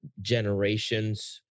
generations